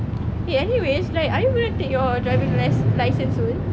eh anyways like are you gonna take your driving license soon